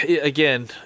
again